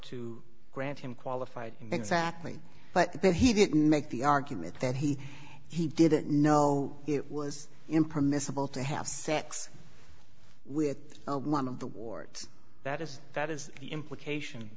to grant him qualified and exactly but that he didn't make the argument that he he didn't know it was impermissible to have sex with one of the wards that is that is the implication